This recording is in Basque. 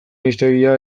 hiztegia